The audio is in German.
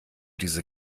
diese